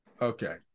Okay